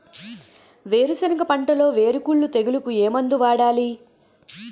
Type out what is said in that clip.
వేరుసెనగ పంటలో వేరుకుళ్ళు తెగులుకు ఏ మందు వాడాలి?